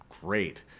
great